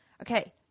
Okay